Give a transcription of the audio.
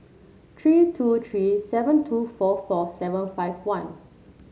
three two three seven two four four seven five one